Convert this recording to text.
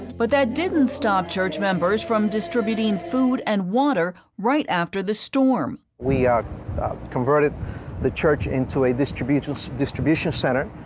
but it didn't stop church members from distributing food and water right after the storm. we converted the church into a distribution so distribution center,